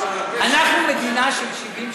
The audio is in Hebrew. אנחנו מדינה של 70 שנה.